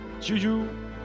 Juju